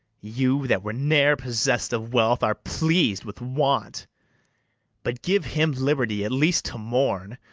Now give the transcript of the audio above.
you, that were ne'er possess'd of wealth, are pleas'd with want but give him liberty at least to mourn,